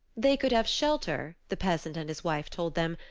they could have shelter, the peasant and his wife told them,